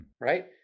right